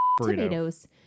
tomatoes